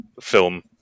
film